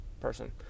Person